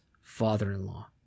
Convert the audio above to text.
father-in-law